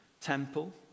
temple